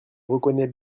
reconnais